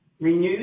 renewed